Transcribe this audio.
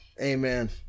Amen